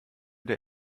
der